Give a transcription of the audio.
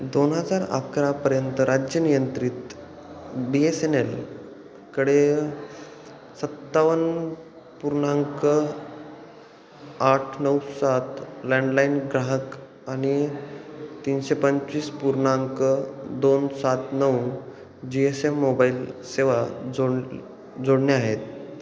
दोन हजार अकरापर्यंत राज्य नियंत्रित बी एस एन एल कडे सत्तावन्न पूर्णांक आठ नऊ सात लँडलाईन ग्राहक आणि तीनशे पंचवीस पूर्णांक दोन सात नऊ जी एस एम मोबाईल सेवा जोड जोडण्या आहेत